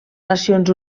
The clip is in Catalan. nacions